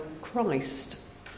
Christ